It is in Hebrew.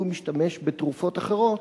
והוא משתמש בתרופות אחרות,